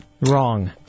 Wrong